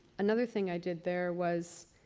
another thing i did there was.